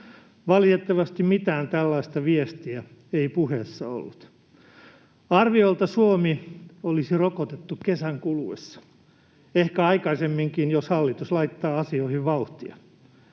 Valitettavasti mitään tällaista viestiä ei puheessa ollut. Arviolta Suomi olisi rokotettu kesän kuluessa, ehkä aikaisemminkin, jos hallitus laittaa asioihin vauhtia.